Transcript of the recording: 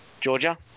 Georgia